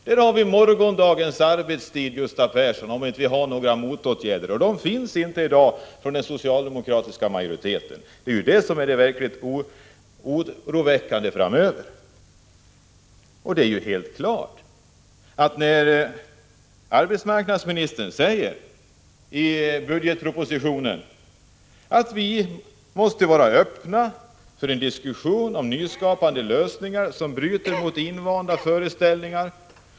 Där har vi morgondagens arbetstid, Gustav Persson, om vi inte sätter in motåtgärder, och några sådana finns inte i dag hos den socialdemokratiska majoriteten. Det är det verkligt oroväckande framöver. Arbetsmarknadsministern säger i budgetpropositionen att vi måste vara öppna för en diskussion om nyskapande lösningar som bryter mot invanda föreställningar.